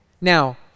Now